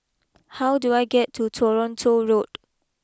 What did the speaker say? how do I get to Toronto Road